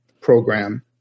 program